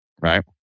right